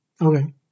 Okay